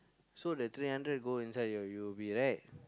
so that three hundred go inside your U_O_B right